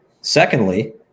secondly